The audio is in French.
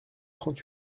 trente